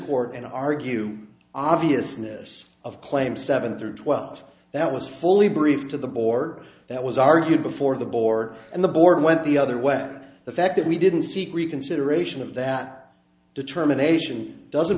court and argue obviousness of claims seven through twelve that was fully briefed to the board that was argued before the board and the board went the other way the fact that we didn't seek reconsideration of that determination doesn't